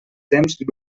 temps